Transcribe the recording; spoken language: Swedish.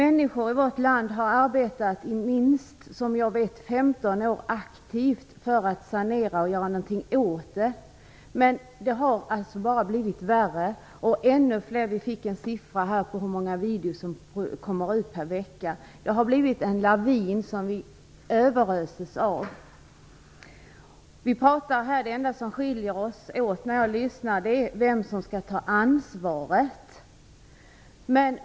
Människor i vårt land har, som jag vet, arbetat aktivt i minst 15 år för att sanera och göra någonting åt det. Men det har bara blivit värre. Vi fick här en siffra på hur många videofilmer som kommer ut per vecka. Det har blivit en lavin som vi överöses av. När jag lyssnar på debatten är det enda som skiljer oss åt uppfattningen om vem som skall ta ansvaret.